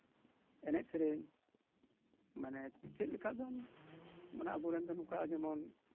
ᱮᱱᱮᱡ ᱥᱮᱨᱮᱧ ᱢᱟᱱᱮ ᱪᱮᱫ ᱞᱮᱠᱟ ᱢᱟᱱᱮ ᱟᱵᱚ ᱨᱮᱱ ᱫᱚ ᱱᱚᱝᱠᱟ ᱡᱮᱢᱚᱱ